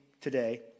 today